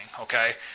okay